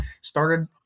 started